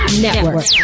Network